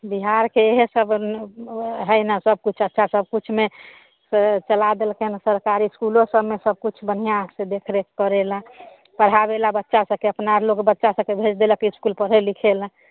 बिहारके इएहसब हइ ने सबकिछु अच्छा तऽ सबकिछुमे तऽ चला देलकै सरकारी इसकुलोसबमे सबकिछु बढ़िआँसँ देखरेख करैलए पढ़ाबैलए बच्चासबके अपना आओर लोक बच्चासबके भेज देलक इसकुल पढ़ै लिखैलए